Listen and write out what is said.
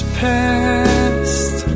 past